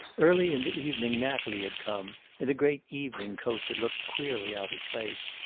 early in the evening natalie had come, in a great evening-coat that looked queerly out of place,